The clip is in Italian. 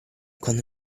quando